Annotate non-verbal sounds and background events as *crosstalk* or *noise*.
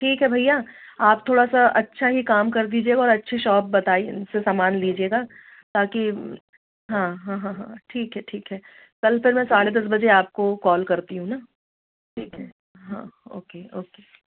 ठीक है भैया आप थोड़ा सा अच्छा ही काम कर दीजिएगा और अच्छी शॉप बता सामान लीजिएगा ताकि हाँ हाँ हाँ हाँ ठीक है ठीक है कल *unintelligible* साढ़े दस बजे आपको कॉल करती हूँ है ना ठीक है हाँ ओके ओके